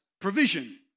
provision